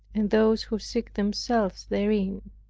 and those who seek themselves therein.